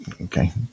okay